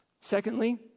Secondly